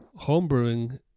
homebrewing